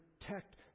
protect